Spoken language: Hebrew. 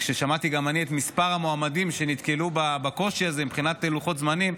כששמעתי גם אני את מספר המועמדים שנתקלו בקושי הזה מבחינת לוחות זמנים,